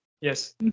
Yes